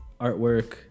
Artwork